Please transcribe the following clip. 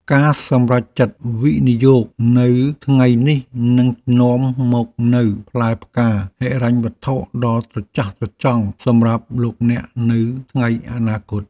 ការសម្រេចចិត្តវិនិយោគនៅថ្ងៃនេះនឹងនាំមកនូវផ្លែផ្កាហិរញ្ញវត្ថុដ៏ត្រចះត្រចង់សម្រាប់លោកអ្នកនៅថ្ងៃអនាគត។